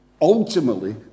ultimately